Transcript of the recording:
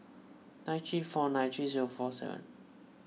nine three four nine three zero four seven